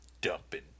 dumping